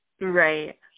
Right